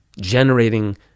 generating